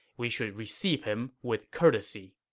we should receive him with courtesy.